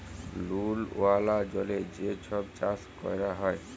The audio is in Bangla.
লুল ওয়ালা জলে যে ছব চাষ ক্যরা হ্যয়